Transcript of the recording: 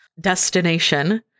destination